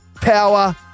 power